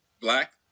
black